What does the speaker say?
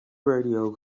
radio